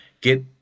get